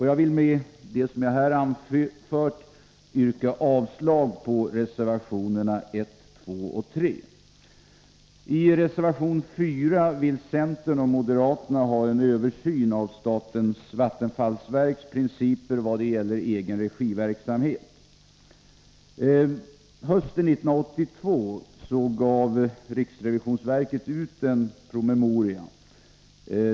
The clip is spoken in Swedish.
Jag vill med det anförda yrka avslag på reservationerna 1, 2 och 3. I reservation 4 begär centern och moderaterna en översyn av statens vattenfallsverks principer i vad gäller egenregiverksamhet. Hösten 1982 gav riksrevisionsverket ut en promemoria.